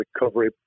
recovery